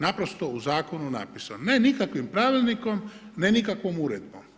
Naprosto u zakonu napisano, ne nikakvim pravilnikom, ne nikakvom uredbom.